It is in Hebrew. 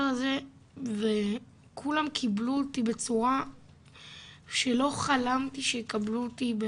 הזה וכולם קיבלו אותי בצורה שלא חלמתי שיקבלו אותי,